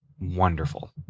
wonderful